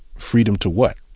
freedom to what?